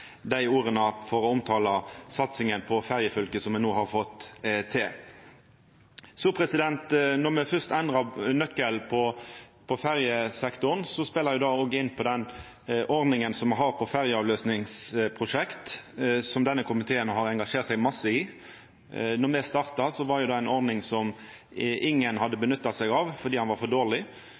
dei orda for å omtala satsinga på ferjefylka som me no har fått til. Når me fyrst endrar nøkkelen på ferjesektoren, speler det òg inn på den ordninga me har på ferjeavløysingsprosjekt, som denne komiteen har engasjert seg masse i. Då me starta, var det ei ordning som ingen hadde nytta seg av, fordi ho var for dårleg.